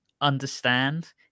understand